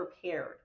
prepared